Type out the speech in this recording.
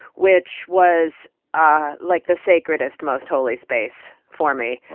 which was ah like the sacredest, most holy space for me.